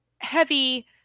heavy